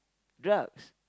drugs